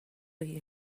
you